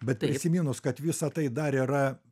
bet prisiminus kad visa tai dar yra